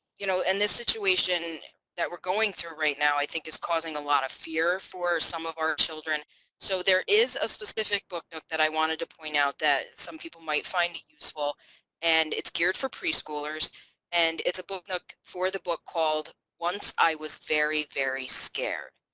you know in this situation that we're going through right now i think is causing a lot of fear for some of our children so there is a specific book nook that i wanted to point out that some people might find it useful and it's geared for preschoolers and it's a book nook for the book called once i was very very scared.